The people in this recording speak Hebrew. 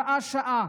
שעה-שעה,